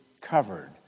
covered